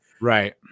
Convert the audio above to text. right